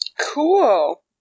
cool